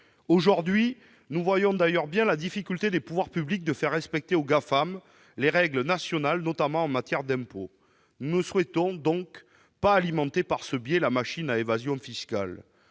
Aujourd'hui, nous voyons bien, d'ailleurs, la difficulté qu'ont les pouvoirs publics à faire respecter par les Gafam les règles nationales, notamment en matière d'impôts. Nous ne souhaitons donc pas alimenter par ce biais la machine à évasion fiscale.